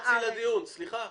אל תתפרצי לדיון, סליחה.